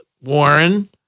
Warren